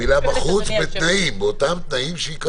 תפילה בחוץ בתנאים, באותם תנאים שייקבעו.